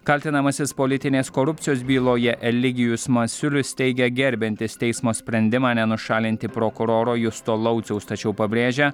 kaltinamasis politinės korupcijos byloje eligijus masiulis teigia gerbiantis teismo sprendimą nenušalinti prokuroro justo lauciaus tačiau pabrėžia